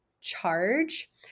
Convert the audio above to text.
Charge